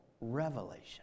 revelation